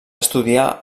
estudiar